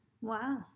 Wow